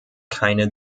keine